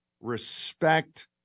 respect